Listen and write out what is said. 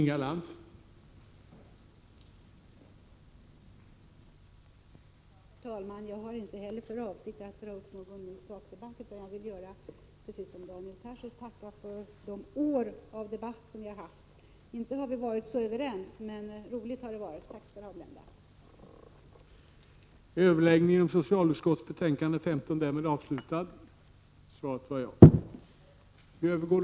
Herr talman! Jag har inte heller för avsikt att dra i gång någon ny sakdebatt, utan jag vill, precis som Daniel Tarschys, tacka för de år av debatt som vi har haft med Blenda Littmarck.